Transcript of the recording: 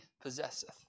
possesseth